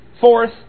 fourth